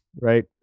Right